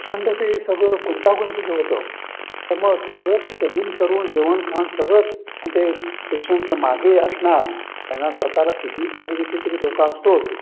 प्रचंड ते सगळं गुंतागुंतीचं होतं तर मग सगळं ते समजून करून जेवणखाण सगळं आणि ते पेशंटच्या मागे असणार त्यांना स्वतःला कितीही काळजी घेतली तरी धोका असतोच